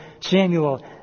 Samuel